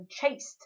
chaste